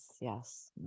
yes